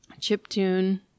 chiptune